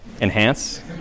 Enhance